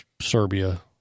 Serbia